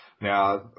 Now